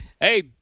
hey